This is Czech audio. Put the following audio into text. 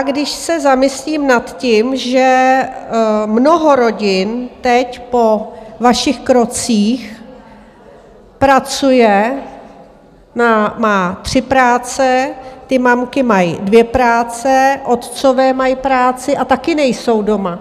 Když se zamyslím nad tím, že mnoho rodin teď po vašich krocích pracuje, má tři práce, ty mamky mají dvě práce, otcové mají práci a také nejsou doma.